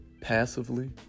passively